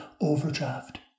overdraft